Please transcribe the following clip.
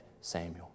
Samuel